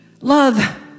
love